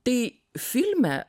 tai filme